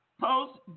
post